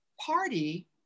party